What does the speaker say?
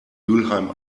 mülheim